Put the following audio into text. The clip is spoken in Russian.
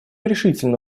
решительно